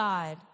God